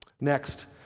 Next